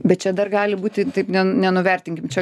bet čia dar gali būti taip ne nenuvertinkim čia